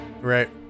Right